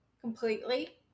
completely